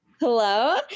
Hello